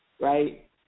right